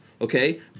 okay